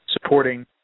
supporting